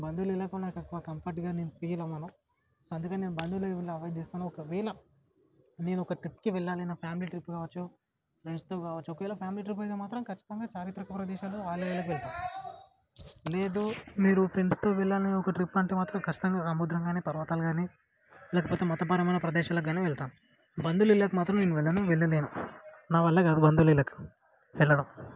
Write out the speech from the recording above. బంధువుల ఇళ్ళకూ నాకెక్కువ కంఫర్ట్గా నేను ఫీల్ అవ్వను సో అందుకని నేను బంధువులివళ్ళ అవాయిడ్ చేస్తాను ఒకవేళ నేను ఒక ట్రిప్కి వెళ్ళాలి నా ఫ్యామిలీ ట్రిప్ కావచ్చు ఫ్రెండ్స్తో కావచ్చు ఒకవేళ ఫ్యామిలీ ట్రిప్ అయితే మాత్రం ఖచ్చితంగా చారిత్రక ప్రదేశాలు ఆలయాలకెళ్తాం లేదు మీరు ఫ్రెండ్స్తో వెళ్ళాలని అని ఒక ట్రిప్ అంటే మాత్రం ఖచ్చితంగా సముద్రం గానీ పర్వతాలు గానీ లేకపోతే మతపరమైన ప్రదేశాలకు గానీ వెళ్తాం బంధువుల ఇల్లకు మాత్రం నేను వెళ్ళను వెళ్ళలేను నావల్ల కాదు బంధువులిల్లకు వెళ్ళడం